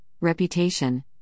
reputation